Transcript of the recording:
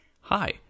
Hi